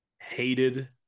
hated